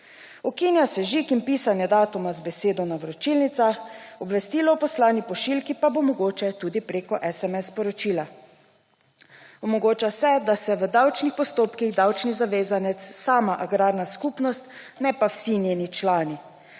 Ukinja se žig in pisanje datuma z besedo na vročilnicah, obvestilo o poslani pošiljki pa bo mogoče tudi preko SMS sporočila. Omogoča se, da se v davčnih postopkih davčnih zavezanec sama agrarna skupnost ne pa vsi njeni člani.